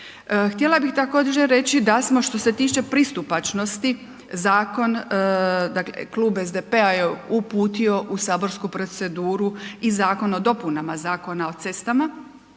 Htjela bih također reći da smo što se tiče pristupačnosti zakon, dakle Klub SDP-a je uputio u saborsku proceduru i Zakon o dopunama Zakona o cestama,